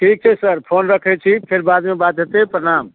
ठीक छै sir phone रखैत छी फेर बादमे बात हेतै प्रणाम